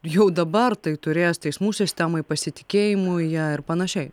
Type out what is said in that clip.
jau dabar tai turės teismų sistemai pasitikėjimui ja ir panašiai